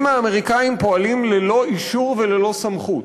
האמריקנים פועלים ללא אישור וללא סמכות.